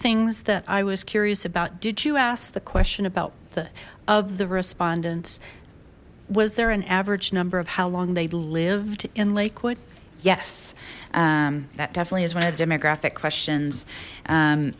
things that i was curious about did you ask the question about the of the respondents was there an average number of how long they lived in lakewood yes that definitely is one of the demographic questions